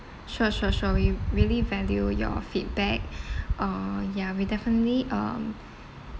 sure sure sure we really value your feedback uh ya we definitely um